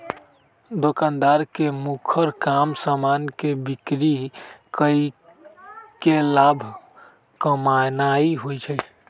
दोकानदार के मुखर काम समान के बिक्री कऽ के लाभ कमानाइ होइ छइ